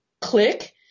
click